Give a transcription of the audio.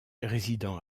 résidant